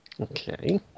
Okay